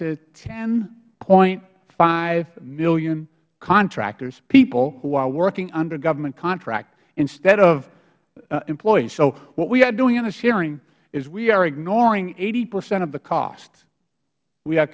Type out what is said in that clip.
to ten point five million contractors people who are working under government contract instead of employees so what we are doing in this hearing is we are ignoring eighty percent of the cost we are